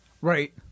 Right